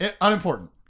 unimportant